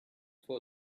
for